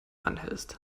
anhältst